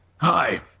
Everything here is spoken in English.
Hi